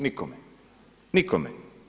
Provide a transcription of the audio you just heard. Nikome, nikome.